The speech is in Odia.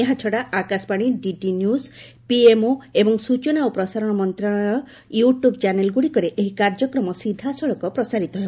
ଏହାଛଡ଼ା ଆକାଶବାଣୀ ଡିଡି ନ୍ୟୁଜ୍ ପିଏମ୍ଓ ଏବଂ ସୂଚନା ଓ ପ୍ରସାରଣ ମନ୍ତ୍ରଣାଳୟ ୟୁଟ୍ୟୁବ୍ ଚ୍ୟାନେଲ୍ଗୁଡ଼ିକରେ ଏହି କାର୍ଯ୍ୟକ୍ରମ ସିଧାସଳଖ ପ୍ରସାରିତ ହେବ